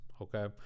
Okay